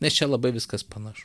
nes čia labai viskas panašu